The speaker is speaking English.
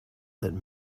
that